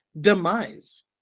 demise